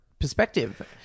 Perspective